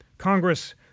Congress